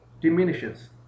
diminishes